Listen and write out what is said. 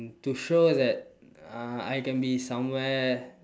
to show that uh I can be somewhere